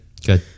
Good